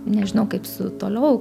nežinau kaip su toliau